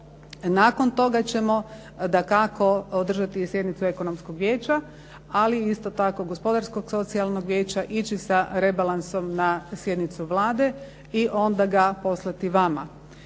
Nakon toga ćemo dakako održati sjednicu Ekonomskog vijeća ali isto tako Gospodarskog socijalnog vijeća ići sa rebalansom na sjednicu Vlade i onda ga poslati vama.